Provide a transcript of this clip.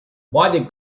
buddy